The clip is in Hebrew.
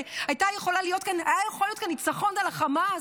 והיה יכול להיות כאן ניצחון על החמאס,